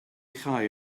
chau